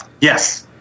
yes